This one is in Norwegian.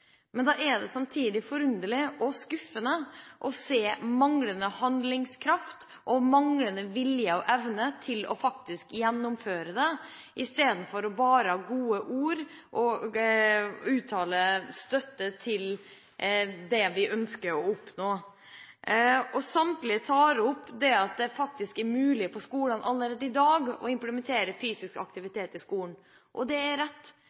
Men da er det samtidig forunderlig og skuffende å se manglende handlingskraft og manglende vilje og evne til faktisk å gjennomføre det istedenfor bare å ha gode ord og uttale støtte til det vi ønsker å oppnå. Samtlige tar opp det at det faktisk er mulig for skolene allerede i dag å implementere fysisk aktivitet i skolen, og det er rett.